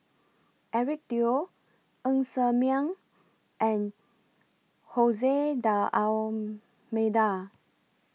Eric Teo Ng Ser Miang and Jose D'almeida